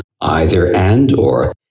either-and-or